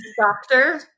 doctor